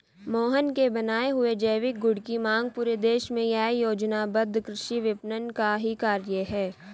मोहन के बनाए हुए जैविक गुड की मांग पूरे देश में यह योजनाबद्ध कृषि विपणन का ही कार्य है